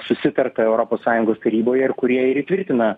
susitarta europos sąjungos taryboje ir kurie ir įtvirtina